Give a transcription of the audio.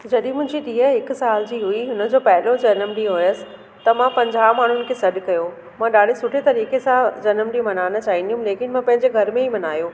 जॾहिं मुंहिंजी धीअ हिकु साल जी हुई हुनजो पहिरों जनमु ॾींहुं हुयसि त मां पंजाह माण्हुनि खे सॾु कयो मां ॾाढे सुठे तरीके़ सां जनमु ॾींहुं मल्हायन चाहिंदी हुयमि लेकिन मां पंहिंजे घर में ई मल्हायो